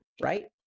right